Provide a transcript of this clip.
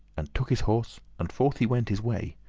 and took his horse, and forth he went his way.